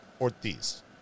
Ortiz